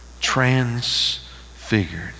transfigured